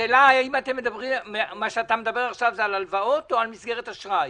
השאלה: אתה מדבר עכשיו על הלוואות או על מסגרת אשראי?